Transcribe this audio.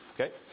okay